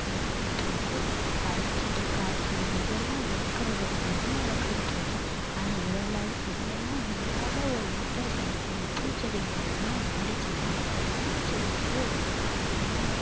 எ இப்போ வந்து பழம் செடி காய் செடி இதெல்லாம் வளக்குறதை விட இதுவும் வளர்க்குறது பிடிக்கும் ஆனால் இதலால இதுலெல்லாம் இல்லாத ஒரு இன்ட்ரெஸ்ட் எனக்கு பூச்செடி மேலே ஏன் வந்துச்சின்னா பூச்செடி வந்து இப்போ நம்ப